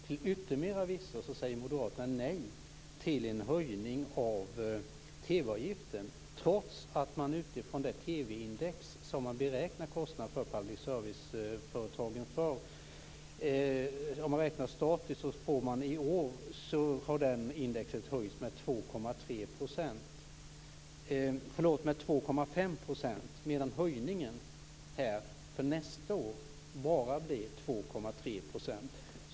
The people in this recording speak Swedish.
Till yttermera visso säger Moderaterna nej till en höjning av TV-avgiften, trots att det TV-index efter vilket kostnaden för public service-företagen beräknas i år har höjts med 2,5 %, statiskt räknat, medan höjningen för nästa år bara blir 2,3 %.